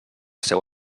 seua